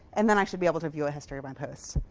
and then i should be able to view a history of my post.